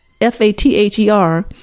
F-A-T-H-E-R